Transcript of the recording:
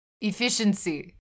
Efficiency